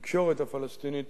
התקשורת הפלסטינית,